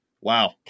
Wow